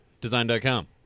design.com